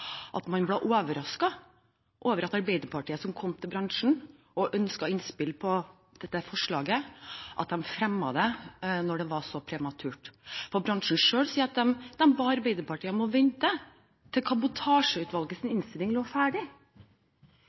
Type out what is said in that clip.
at man ble overrasket over at Arbeiderpartiet, som kom til bransjen og ønsket innspill på dette forslaget, fremmet det når det var så prematurt. Bransjen selv sier at de ba Arbeiderpartiet vente til Kabotasjeutvalgets innstilling lå ferdig